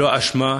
ללא אשמה,